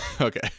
Okay